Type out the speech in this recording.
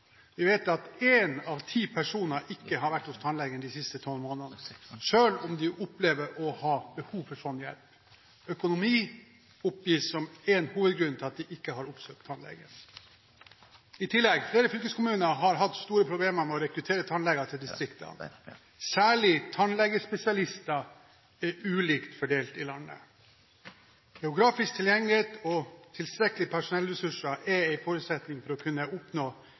Vi vet at én av ti personer ikke har vært hos tannlege de siste tolv månedene, selv om de opplever å ha behov for slik hjelp. Økonomi oppgis som en hovedgrunn til at de ikke har oppsøkt tannlege. Flere fylkeskommuner har hatt store problemer med å rekruttere tannleger til distriktene. Særlig tannlegespesialister er ulikt fordelt i landet. Geografisk tilgjengelighet og tilstrekkelige personellressurser er en forutsetning for å kunne oppnå